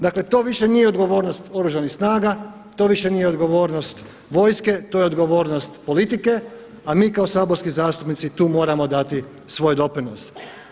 Dakle to više nije odgovornost oružanih snaga, to više nije odgovornost vojske to je odgovornost politike a mi kako saborski zastupnici tu moramo dati svoj doprinos.